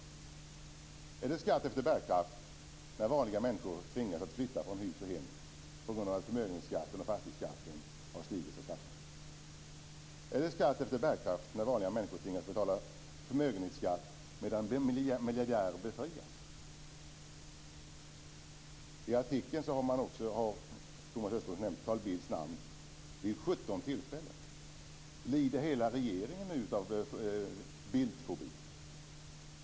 Är det skatt efter bärkraft när vanliga människor tvingas att flytta från hus och hem på grund av att förmögenhetsskatten och fastighetsskatten har stigit så kraftigt? Är det skatt efter bärkraft när vanliga människor tvingas betala förmögenhetsskatt medan miljardärer befrias? I artikeln har Thomas Östros nämnt Carl Bildts namn vid 17 tillfällen. Lider hela regeringen av Bildtfobi?